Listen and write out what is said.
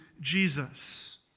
Jesus